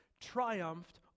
triumphed